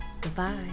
Goodbye